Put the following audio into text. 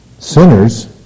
Sinners